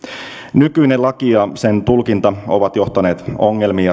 nykyinen laki ja sen tulkinta ovat johtaneet ongelmiin